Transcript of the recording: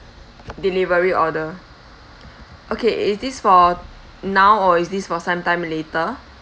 delivery order okay is this for now or is this for some time later